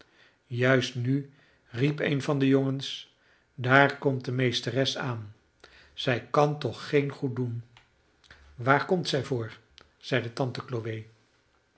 juist nu riep een van de jongens daar komt de meesteres aan zij kan toch geen goed doen waar komt zij voor zeide tante